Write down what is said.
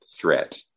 threat